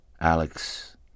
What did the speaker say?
Alex